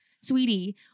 sweetie